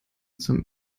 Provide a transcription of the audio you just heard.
zum